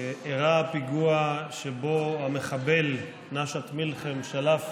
אירע פיגוע שבו המחבל נשאת מלחם שלף